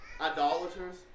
idolaters